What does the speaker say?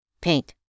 Paint